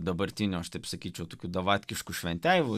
dabartinių aš taip sakyčiau tokių davatkiškų šventeivų